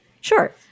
Sure